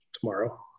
tomorrow